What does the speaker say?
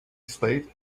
slate